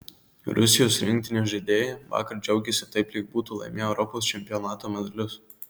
rusijos rinktinės žaidėjai vakar džiaugėsi taip lyg būtų laimėję europos čempionato medalius